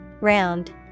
Round